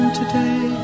today